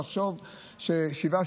תחשוב ש-7%,